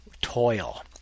toil